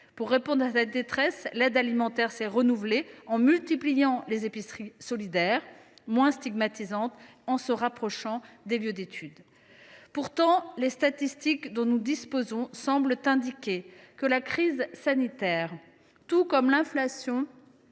Pour répondre à cette détresse, l’aide alimentaire s’est renouvelée en multipliant les épiceries solidaires, moins stigmatisantes, et en se rapprochant des lieux d’études. Pourtant, les statistiques dont nous disposons semblent indiquer que la crise sanitaire tout comme l’inflation